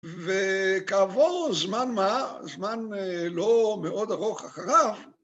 וכעבור זמן מה, זמן לא מאוד ארוך אחריו,